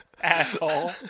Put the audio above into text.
Asshole